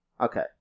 Okay